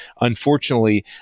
Unfortunately